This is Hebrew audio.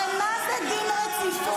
הרי מה זה דין רציפות?